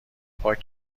پارک